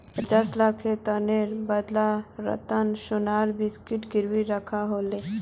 पचास लाखेर ऋनेर बदला रतनक सोनार बिस्कुट गिरवी रखवा ह ले